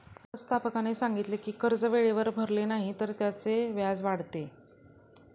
व्यवस्थापकाने सांगितले की कर्ज वेळेवर भरले नाही तर त्याचे व्याज वाढते